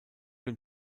dem